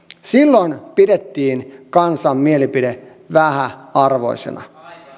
silloin pidettiin kansan mielipidettä vähäarvoisena